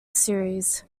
series